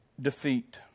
defeat